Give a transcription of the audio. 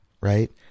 right